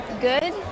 good